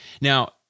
Now